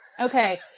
Okay